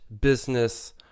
business